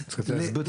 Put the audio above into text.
רגע, תסביר את עצמך.